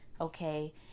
okay